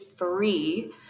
Three